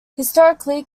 historically